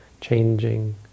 changing